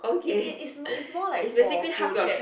is is is is more like for project